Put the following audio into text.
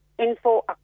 Info